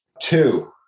two